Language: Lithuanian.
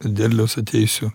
derliaus ateisiu